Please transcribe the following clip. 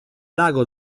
lago